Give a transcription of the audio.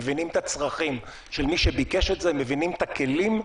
מבינים את הצריכים של מי שביקש את זה; מבינים את הכלים.